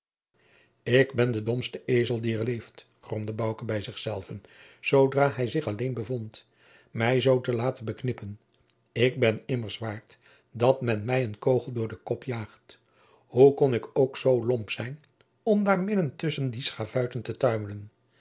ik ben de domste ezel die er leeft gromde bouke bij zich zelven zoodra hij zich alleen bevond mij zoo te laten beknippen ik ben immers waard dat men mij een kogel door den kop jaagt hoe kon ik ook zoo lomp zijn om daar midden tusschen die schavuiten te tuimelen